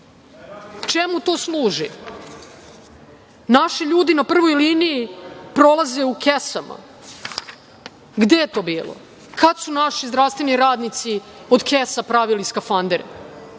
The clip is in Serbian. Čemu to služi? "Naši ljudi na prvoj liniji prolaze u kesama". Gde je to bilo? Kad su naši zdravstveni radnici od kesa pravili skafandere? To